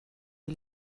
die